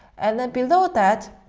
and then below that,